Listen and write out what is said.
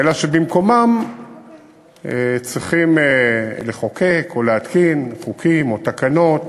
אלא שבמקומם צריכים לחוקק או להתקין חוקים או תקנות